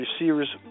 receivers